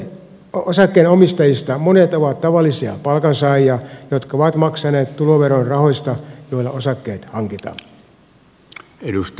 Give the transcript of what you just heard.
osakkeenomistajista monet ovat tavallisia palkansaajia jotka ovat maksaneet tuloveron rahoista joilla osakkeet hankitaan